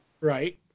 right